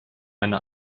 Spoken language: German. eine